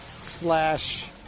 slash